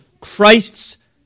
Christ's